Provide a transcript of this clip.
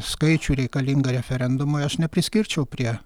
skaičių reikalingą referendumui aš nepriskirčiau prie